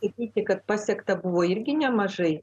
sakyti kad pasiekta buvo irgi nemažai